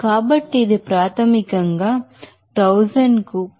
కాబట్టి ఇది ప్రాథమికంగా 1000 కు 0